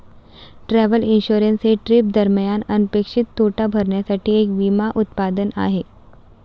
travel insurance हे trip दरम्यान अनपेक्षित तोटा भरण्यासाठी एक विमा उत्पादन आहे